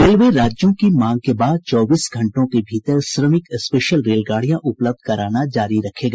railway राज्यों की मांग के बाद चौबीस घंटों के भीतर श्रमिक स्पेशल रेलगाडियां उपलब्ध कराना जारी रखेगा